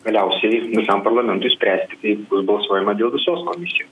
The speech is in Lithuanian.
galiausiai visam parlamentui spręsti kai bus balsuojama dėl visos komisijos